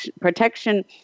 protection